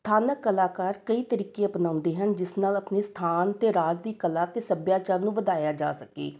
ਸਥਾਨਕ ਕਲਾਕਾਰ ਕਈ ਤਰੀਕੇ ਅਪਣਾਉਂਦੇ ਹਨ ਜਿਸ ਨਾਲ ਆਪਣੇ ਸਥਾਨ ਅਤੇ ਰਾਜ ਦੀ ਕਲਾ ਅਤੇ ਸਭਿਆਚਾਰ ਨੂੰ ਵਧਾਇਆ ਜਾ ਸਕੇ